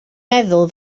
meddwl